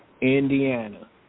Indiana